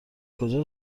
کجا